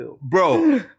Bro